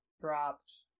Dropped